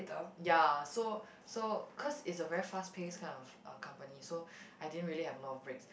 ya so so cause it's a very fast paced kind of a company so I didn't really have a lot of break